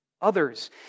others